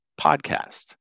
podcast